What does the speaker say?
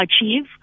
achieve